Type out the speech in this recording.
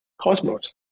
Cosmos